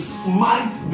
smite